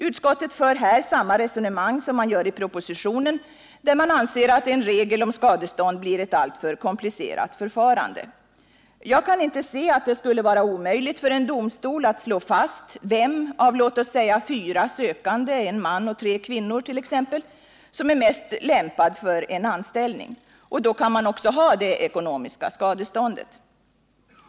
Utskottet för här samma resonemang som man gör i propositionen, där man anser att en regel om skadestånd blir ett alltför komplicerat förfarande. Jag kan inte se att det skulle vara omöjligt för en domstol att slå fast vem av låt oss säga fyra sökande—t.ex. en man och tre kvinnor — som är mest lämpad för en anställning. Och då kan man också ha det ekonomiska skadeståndet.